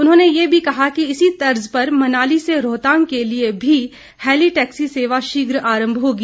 उन्होंने ये भी कहा कि इसी तर्ज पर मनाली से रोहतांग के लिये भी हेली टैक्सी सेवा शीघ्र आरंभ होगी